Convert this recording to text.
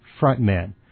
frontman